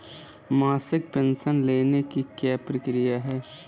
मासिक पेंशन लेने की क्या प्रक्रिया है?